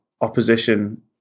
opposition